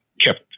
kept